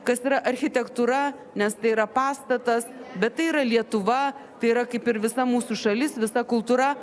kas yra architektūra nes tai yra pastatas bet tai yra lietuva tai yra kaip ir visa mūsų šalis visa kultūra